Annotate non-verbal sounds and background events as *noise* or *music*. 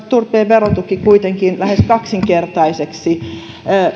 *unintelligible* turpeen verotuki kasvaisi kuitenkin lähes kaksinkertaiseksi